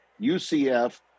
UCF